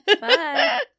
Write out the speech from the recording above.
Bye